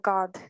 God